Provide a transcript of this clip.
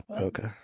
Okay